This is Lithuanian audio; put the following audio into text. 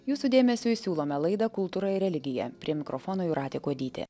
jūsų dėmesiui siūlome laidą kultūra ir religija prie mikrofono jūratė kuodytė